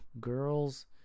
girls